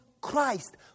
Christ